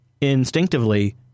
instinctively